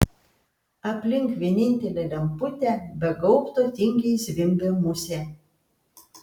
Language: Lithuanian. aplink vienintelę lemputę be gaubto tingiai zvimbė musė